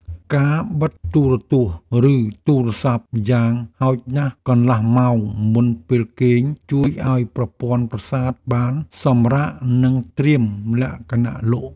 ការបិទទូរទស្សន៍ឬទូរស័ព្ទយ៉ាងហោចណាស់កន្លះម៉ោងមុនពេលគេងជួយឱ្យប្រព័ន្ធប្រសាទបានសម្រាកនិងត្រៀមលក្ខណៈលក់។